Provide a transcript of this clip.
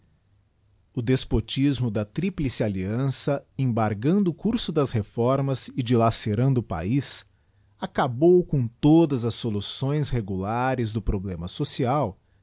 o despotismo da tríplice alliança embargando o curso das reformas e jiijerando o paiz acabou com todas as soluções regulares do problema social